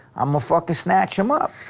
i'm gonna fucking snatch them up.